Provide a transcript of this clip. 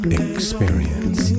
experience